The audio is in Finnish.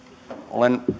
olen